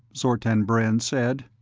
zortan brend said.